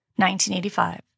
1985